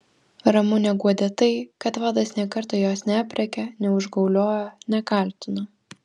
ramunę guodė tai kad vadas nė karto jos neaprėkė neužgauliojo nekaltino